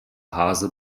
haase